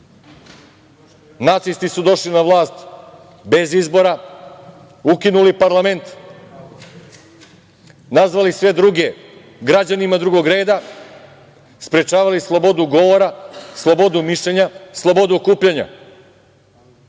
su došli na vlast bez izbora, ukinuli parlament, nazvali sve druge građanima drugog reda, sprečavali slobodu govora, slobodu mišljenja, slobodu okupljanja,